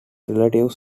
relatives